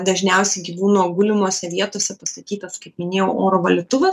dažniausiai gyvūno gulimose vietose pastatytas kaip minėjau oro valytuvas